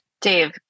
Dave